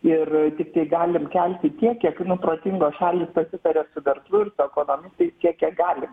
ir tiktai galim kelti tiek kiek nu protingos šalys pasitaria su verslu ir su ekonomistais tiek kiek galim